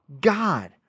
God